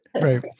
right